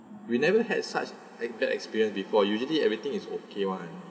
we never had such like that experience before usually everything is okay [one]